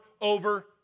over